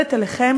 מסתכלת עליכם